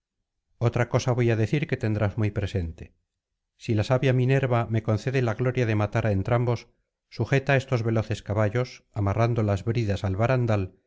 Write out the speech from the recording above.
otra cosa voy á decir que tendrás muy presente sí la sabia minerva me concede la gloria de matar á entrambos sujeta estos veloces caballos amarrando las bridas al barandal